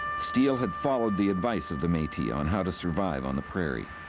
steele had followed the advice of the metis on how to survive on the prairie.